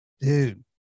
dude